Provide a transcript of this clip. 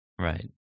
right